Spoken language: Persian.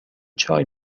چای